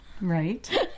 Right